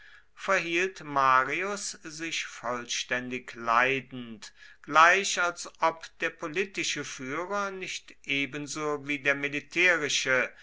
verhielt marius sich vollständig leidend gleich als ob der politische führer nicht ebenso wie der militärische